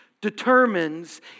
Determines